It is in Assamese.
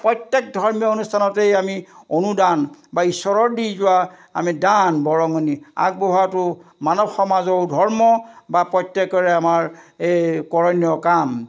প্ৰত্যেক ধৰ্মীয় অনুষ্ঠানতেই আমি অনুদান বা ঈশ্বৰৰ দি যোৱা আমি দান বৰঙণি আগবঢ়োৱাটো মানৱ সমাজেও ধৰ্ম বা প্ৰত্যেকৰে আমাৰ এই কৰণীয় কাম